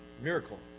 Miracle